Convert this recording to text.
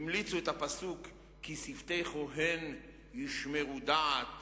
המליצו את הפסוק: כי שפתי כוהן ישמרו דעת